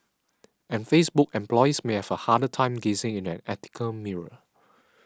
and Facebook employees may have a harder time gazing in an ethical mirror